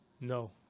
No